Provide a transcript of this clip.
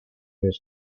his